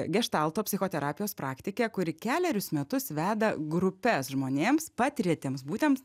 geštalto psichoterapijos praktikę kuri kelerius metus veda grupes žmonėms patiriantiems būtent